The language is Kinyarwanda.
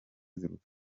ziruta